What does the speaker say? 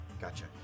gotcha